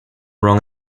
wrong